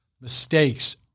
mistakes